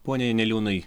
pone janeliūnai